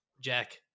Jack